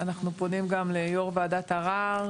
הם טוענים שהם ויש פה ויכוח מי הגוף היציג.